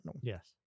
Yes